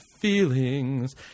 feelings